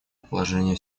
положение